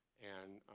and